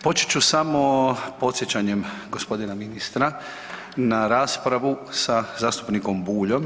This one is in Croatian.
Počet ću samo podsjećam gospodina ministra na raspravu sa zastupnikom Buljom.